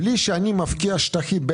בלי שאני מפקיע שטחים,